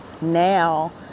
now